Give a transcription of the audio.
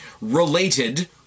related